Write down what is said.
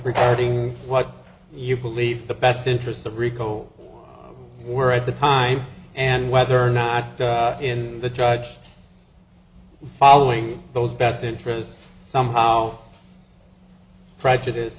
regarding what you believe the best interests of rico were at the time and whether or not in the judge following those best interests somehow prejudice